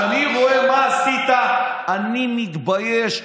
כשאני רואה מה עשית אני מתבייש.